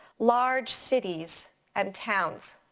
large cities and towns.